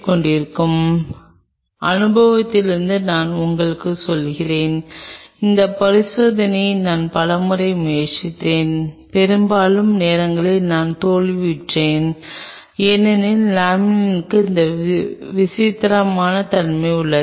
கொலாஜனுடன் நீங்கள் விளையாடுவதற்கான சாத்தியக்கூறுகள் நிறைய உள்ளன நீங்கள் விளையாடும் விதம் இங்கே உள்ளது